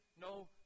no